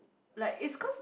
like it's cause